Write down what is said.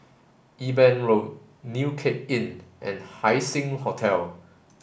Eben Road New Cape Inn and Haising Hotel